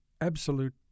absolute